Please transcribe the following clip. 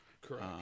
correct